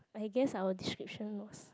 I guess our description looks